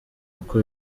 uko